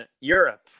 europe